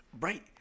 Right